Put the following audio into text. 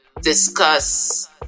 Discuss